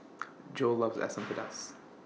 Joel loves Asam Pedas